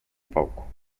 palco